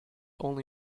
only